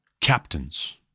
captains